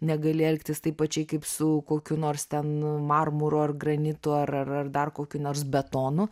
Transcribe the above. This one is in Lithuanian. negali elgtis taip pačiai kaip su kokiu nors ten marmuru ar granitu ar ar dar kokiu nors betonu